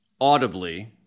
audibly